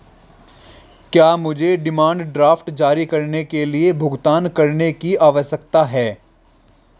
क्या मुझे demand draft जारी करने के लिए भुगतान करने की आवश्यकता है?